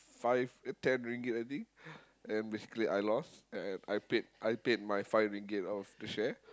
five ten ringgit I think and basically I lost and I paid I paid my five ringgit out of the share